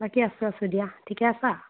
বাকী আছোঁ আছোঁ দিয়া ঠিকে আছা